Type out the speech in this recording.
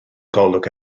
golwg